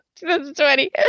2020